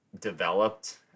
developed